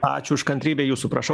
ačiū už kantrybę jūsų prašau